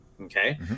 Okay